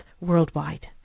worldwide